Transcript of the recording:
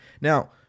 Now